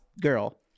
girl